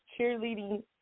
cheerleading